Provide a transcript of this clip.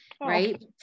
right